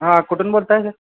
हां कुठून बोलताय सर